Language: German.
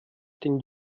den